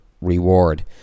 reward